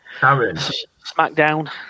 Smackdown